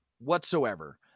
whatsoever